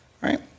right